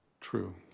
true